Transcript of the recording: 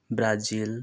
Brazil